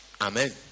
Amen